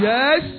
Yes